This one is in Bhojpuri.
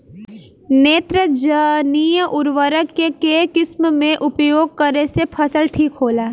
नेत्रजनीय उर्वरक के केय किस्त मे उपयोग करे से फसल ठीक होला?